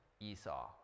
esau